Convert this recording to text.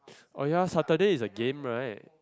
oh ya Saturday is the game right